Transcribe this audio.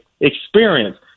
Experience